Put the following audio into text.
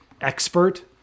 expert